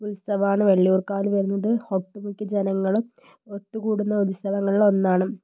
ഉത്സവമാണ് വള്ളിയൂർക്കാവിൽ വരുന്നത് ഒട്ടുമിക്ക ജനങ്ങളും ഒത്തുകൂടുന്ന ഉത്സവങ്ങളിലൊന്നാണ്